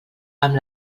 amb